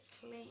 clean